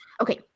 okay